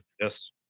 Yes